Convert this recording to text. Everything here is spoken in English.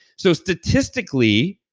so statistically,